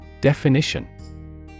Definition